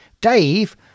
Dave